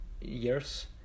years